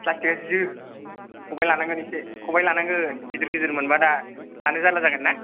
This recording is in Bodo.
प्लासटिक आ जियो खबाय लानांगोन एसे खबाय लानांगोन गिदिर गिदिर मोनबा दा जानो जाल्ला जागोन ना